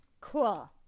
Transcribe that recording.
cool